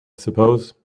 suppose